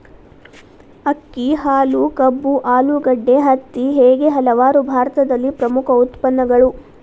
ಅಕ್ಕಿ, ಹಾಲು, ಕಬ್ಬು, ಆಲೂಗಡ್ಡೆ, ಹತ್ತಿ ಹೇಗೆ ಹಲವಾರು ಭಾರತದಲ್ಲಿ ಪ್ರಮುಖ ಉತ್ಪನ್ನಗಳು